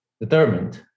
determined